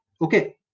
Okay